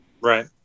Right